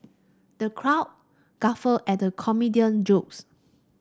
the crowd guffawed at the comedian jokes